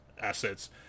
assets